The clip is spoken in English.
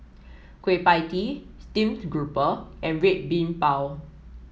Kueh Pie Tee Steamed Grouper and Red Bean Bao